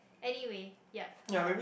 anyway yup um